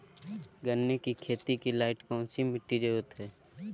गन्ने की खेती के लाइट कौन मिट्टी की जरूरत है?